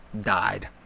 died